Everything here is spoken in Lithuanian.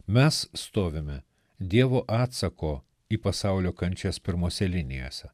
mes stovime dievo atsako į pasaulio kančias pirmose linijose